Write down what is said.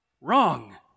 wrong